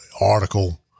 article